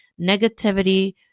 negativity